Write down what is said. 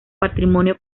patrimonio